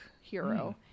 hero